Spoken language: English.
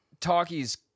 talkies